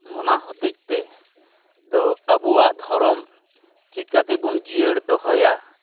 ᱚᱱᱟ ᱦᱚᱛᱮᱡᱛᱮ ᱫᱚ ᱟᱹᱵᱚᱣᱟᱜ ᱫᱷᱚᱨᱚᱢ ᱪᱤᱠᱟᱹᱛᱮᱵᱚᱱ ᱡᱤᱭᱟᱹᱲ ᱫᱚᱦᱚᱭᱟ